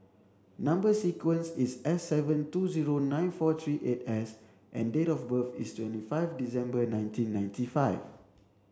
number sequence is S seven two zero nine four three eight S and date of birth is twenty five December nineteen ninety five